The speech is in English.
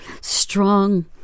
strong